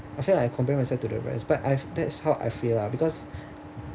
I feel like compare myself to the rest but I that's how I feel ah because